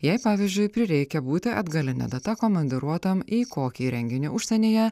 jei pavyzdžiui prireikia būti atgaline data komandiruotam į kokį renginį užsienyje